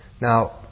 Now